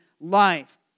life